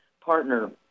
partner